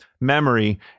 memory